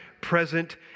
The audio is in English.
present